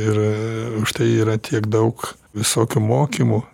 ir už štai yra tiek daug visokių mokymų